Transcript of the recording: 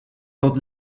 tot